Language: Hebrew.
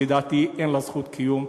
לדעתי אין לה זכות קיום,